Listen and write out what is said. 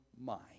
mind